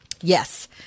yes